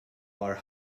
are